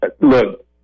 Look